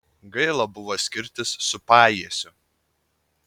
gaila buvo skirtis su pajiesiu